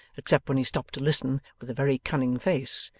except when he stopped to listen with a very cunning face,